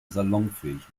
salonfähig